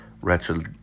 wretched